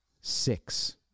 six